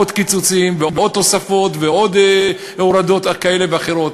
עוד קיצוצים ועוד תוספות ועוד הורדות כאלה ואחרות.